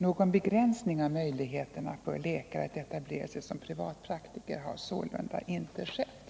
Någon begränsning av möjligheterna för läkare att etablera sig som privatpraktiker har sålunda inte skett.